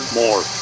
more